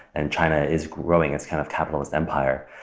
and china is growing its kind of capitalist empire,